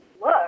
look